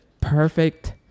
perfect